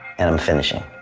and i'm finishing.